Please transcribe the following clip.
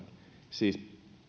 siis